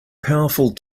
powerful